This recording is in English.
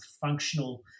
functional